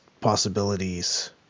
possibilities